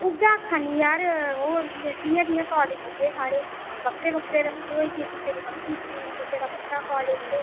उ'ऐ आक्खा निं यार होर केह् जि'यां जि'यां कालेज पुज्जे साढ़े बक्खरे बक्खरे रस्ते होई गे कुसै दी बक्खरी स्ट्रीम कुसै दा बक्खरा कालेज ते